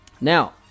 Now